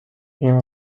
این